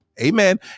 Amen